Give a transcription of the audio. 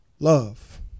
Love